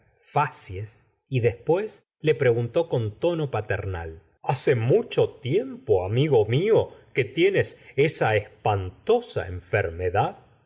facies y después le preguntó con tono paternal hace mucho tiempo amigo mio que tienes esa espantosa enfermedad